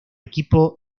equipo